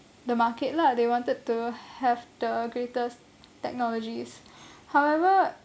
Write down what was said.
the market lah they wanted to have the greatest technologies however